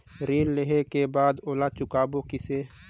ऋण लेहें के बाद ओला चुकाबो किसे?